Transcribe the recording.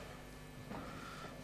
1709,